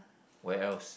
where else